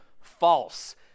false